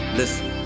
listen